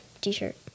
t-shirt